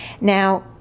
Now